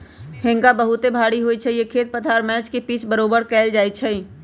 हेंगा बहुते भारी होइ छइ जे खेत पथार मैच के पिच बरोबर कएल जाइ छइ